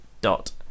dot